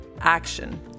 action